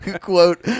Quote